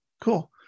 cool